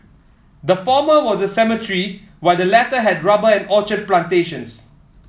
the former was a cemetery while the latter had rubber and orchard plantations